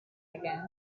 again